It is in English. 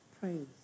Praise